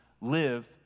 live